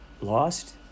lost